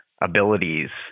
abilities